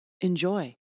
enjoy